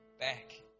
back